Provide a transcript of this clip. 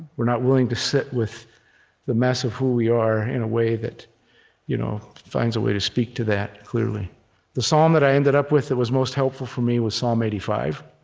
we're not willing to sit with the mess of who we are in a way that you know finds a way to speak to that clearly the psalm that i ended up with that was most helpful for me was psalm eighty five